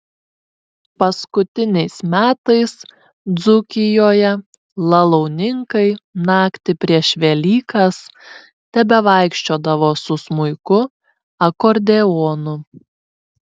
paskutiniais metais dzūkijoje lalauninkai naktį prieš velykas tebevaikščiodavo su smuiku akordeonu